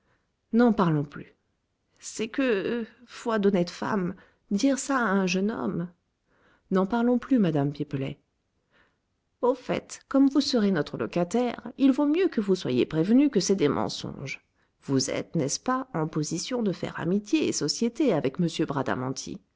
n'en parlons plus c'est que foi d'honnête femme dire ça à un jeune homme n'en parlons plus madame pipelet au fait comme vous serez notre locataire il vaut mieux que vous soyez prévenu que c'est des mensonges vous êtes n'est-ce pas en position de faire amitié et société avec